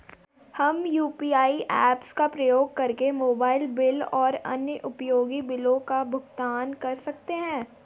हम UPI apps का उपयोग करके मोबाइल बिल और अन्य उपयोगी बिलों का भुगतान कर सकते हैं